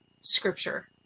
scripture